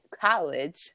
college